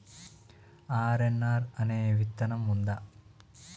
RNR అనే విత్తనం ఉందా?